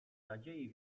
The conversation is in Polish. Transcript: nadziei